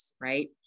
right